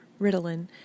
Ritalin